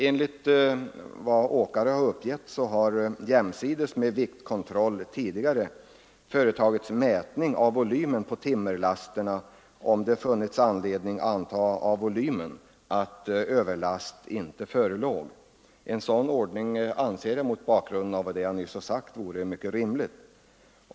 Enligt vad åkare har uppgivit har tidigare jämsides med viktkontroll företagits mätning av volymen på lasten av virke. Jag anser, mot bakgrund av vad jag nyss sagt om svårighet att bedöma vikten, att en sådan ordning vore mycket rimlig.